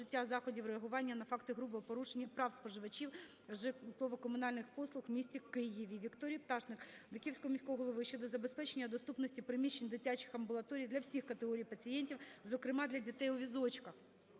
заходів реагування на факти грубого порушення прав споживачів житлово-комунальних послуг в місті Києві. Вікторії Пташник до Київського міського голови щодо забезпечення доступності приміщень дитячих амбулаторій для всіх категорій пацієнтів, зокрема, для дітей у візочках.